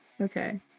okay